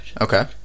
Okay